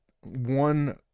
one